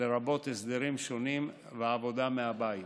לרבות הסדרים שונים ועבודה מהבית.